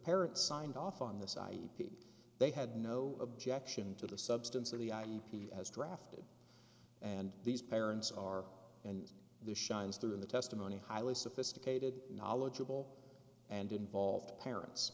parents signed off on this i e they had no objection to the substance of the i d p as drafted and these parents are and the shines through in the testimony highly sophisticated knowledgeable and involved parents